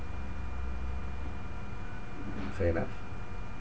fair enough